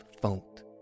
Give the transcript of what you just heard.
fault